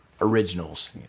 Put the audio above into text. Originals